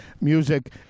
music